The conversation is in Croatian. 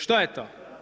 Što je to?